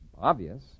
obvious